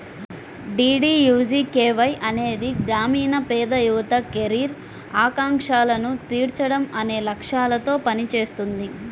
DDUGKY అనేది గ్రామీణ పేద యువత కెరీర్ ఆకాంక్షలను తీర్చడం అనే లక్ష్యాలతో పనిచేస్తుంది